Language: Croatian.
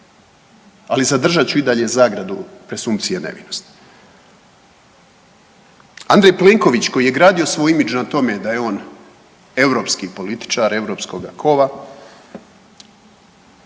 Ali zadržat ću i dalje zagradu presumpcije nevinosti. Andrej Plenković koji je gradio svoj image na tome da je on europski političar europskoga kova